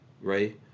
right